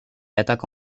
attaque